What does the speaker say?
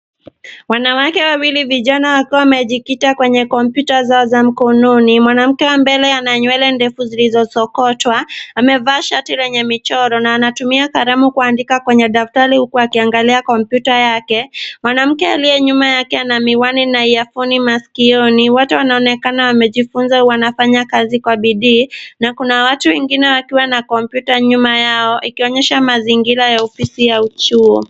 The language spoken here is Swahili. Wanawake wawili vijana wakiwa wamejikita kwenye kompyuta zao za mkononi. Mwanamke wa mbele ana nywele ndefu zilizosokotwa ,amevaa shati lenye michoro na anatumia kalamu kuandika kwenye daftari huku akiangalia kompyuta yake. Mwanamke aliye nyuma yake na miwani na earphone maskioni. Watu wanaonekana wamejifunza wanafanya kazi kwa bidii na kuna watu wengine wakiwa na kompyuta nyuma yao, ikionyesha mazingira ya ofisi au chuo.